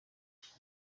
iki